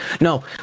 No